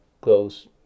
close